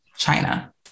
China